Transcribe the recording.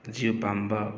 ꯖꯤꯕ ꯄꯥꯟꯕ